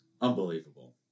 Unbelievable